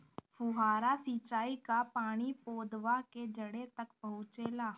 फुहारा सिंचाई का पानी पौधवा के जड़े तक पहुचे ला?